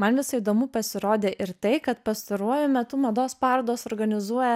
man visai įdomu pasirodė ir tai kad pastaruoju metu mados parodos organizuoja